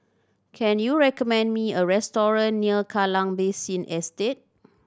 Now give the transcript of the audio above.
can you recommend me a restaurant near Kallang Basin Estate